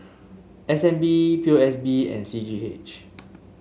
S N B P O S B and C G H